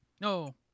No